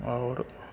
आओर